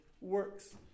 works